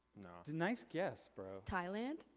nice guess bro. thailand?